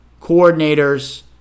coordinators